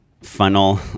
funnel